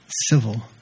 civil